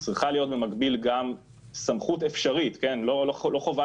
צריכה להיות במקביל גם סמכות אפשרית לא חובה